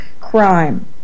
crime